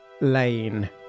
Lane